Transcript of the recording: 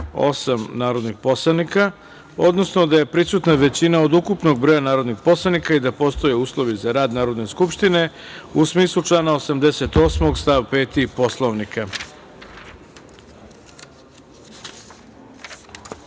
158 narodnih poslanika, odnosno da je prisutna većina od ukupnog broja narodnih poslanika i da postoje uslovi za rad Narodne skupštine u smislu člana 88. stav 5. Poslovnika. Kao